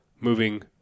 moving